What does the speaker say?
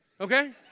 Okay